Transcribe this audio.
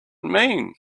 mean